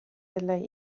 della